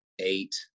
eight